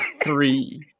three